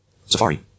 Safari